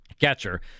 catcher